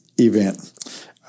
event